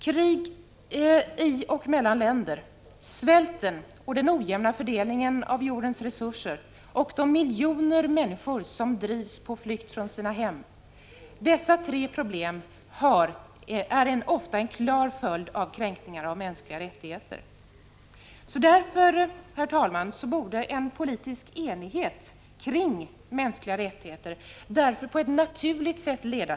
Krig i och mellan länder, svälten och den ojämna fördelningen av jordens resurser och de miljoner människor som drivs på flykt från sina hem — dessa tre — Prot. 1985/86:38 problem är ofta en klar följd av kränkningar av mänskliga rättigheter. Därför 27 november 1985 borde en politisk enighet kring mänskliga rättigheter på ett naturligt sättleda.